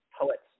poets